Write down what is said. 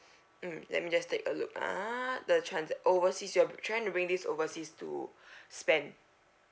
mm let me just take a look ah the trans~ overseas you're trying to bring this overseas to spend